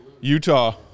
Utah